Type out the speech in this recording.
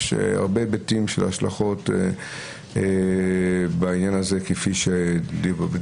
יש הרבה היבטים של השלכות בעניין הזה כפי שדיברו